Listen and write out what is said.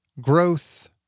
growth